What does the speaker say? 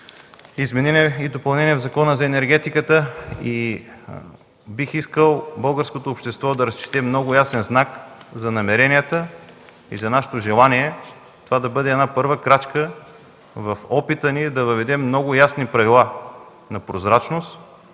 изменения и допълнения в Закона за енергетиката. Бих искал българското общество да разчете много ясен знак за намеренията и за нашето желание това да бъде първа крачка в опита ни да въведем много ясни правила на прозрачност,